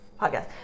podcast